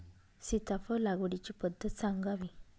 सीताफळ लागवडीची पद्धत सांगावी?